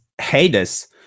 Hades